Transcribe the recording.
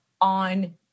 on